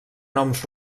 noms